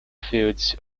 feuds